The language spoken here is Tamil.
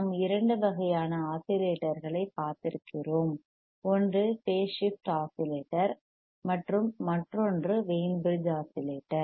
நாம் இரண்டு வகையான ஆஸிலேட்டர்களைப் பார்த்திருக்கிறோம் ஒன்று பேஸ் ஷிப்ட் ஆஸிலேட்டர் மற்றும் மற்றொன்று வெய்ன் பிரிட்ஜ் ஆஸிலேட்டர்